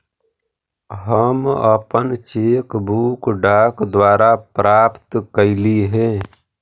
हम अपन cheque book डाक द्वारा प्राप्त कईली हे